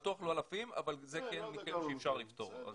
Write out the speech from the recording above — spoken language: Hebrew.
בטוח לא אלפים אבל זה כן מקרים שאפשר לפתור.